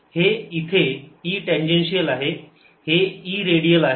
हे इथे E tangential आहे हे E रेडियल आहे